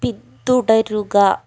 പിന്തുടരുക